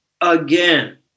again